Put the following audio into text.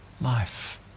life